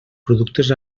productes